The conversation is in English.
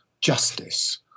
justice